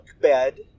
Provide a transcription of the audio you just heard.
bed